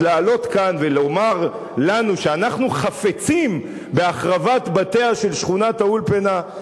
אז לעלות כאן ולומר לנו שאנחנו חפצים בהחרבת בתיה של שכונת-האולפנה,